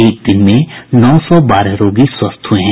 एक दिन में नौ सौ बारह रोगी स्वस्थ हुए हैं